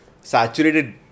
saturated